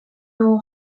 dugu